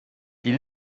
die